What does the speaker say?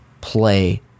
play